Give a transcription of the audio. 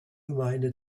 gemeinde